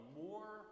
more